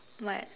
what